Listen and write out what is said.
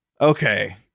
Okay